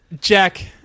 Jack